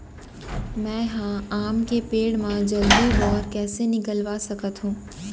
मैं ह आम के पेड़ मा जलदी बौर कइसे निकलवा सकथो?